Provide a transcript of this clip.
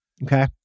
Okay